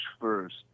first